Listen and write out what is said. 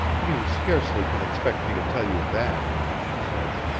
you scarcely can expect me to tell you that, she said.